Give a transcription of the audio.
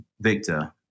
Victor